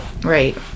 Right